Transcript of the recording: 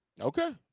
Okay